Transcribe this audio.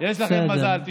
יש לכם מזל.